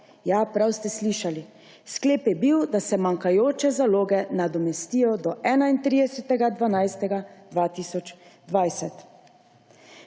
Ja, prav ste slišali. Sklep je bil, da se manjkajoče zaloge nadomestijo do 31. 12. 2020.